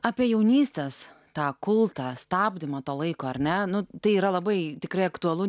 apie jaunystės tą kultą stabdymą to laiko ar ne nu tai yra labai tikrai aktualu